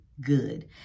good